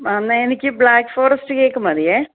ആ എന്നാൽ എനിക്ക് ബ്ലാക്ക് ഫോറസ്റ്റ് കേക്ക് മതിയേ